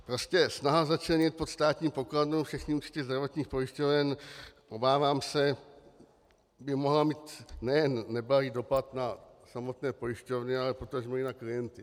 Prostě snaha začlenit pod státní pokladnu všechny účty zdravotních pojišťoven, obávám se, by mohla mít nejen neblahý dopad na samotné pojišťovny, ale potažmo i na klienty.